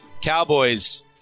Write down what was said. Cowboys